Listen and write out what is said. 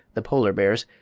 the polar bears,